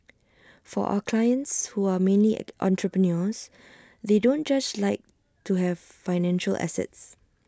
for our clients who are mainly entrepreneurs they don't just like to have financial assets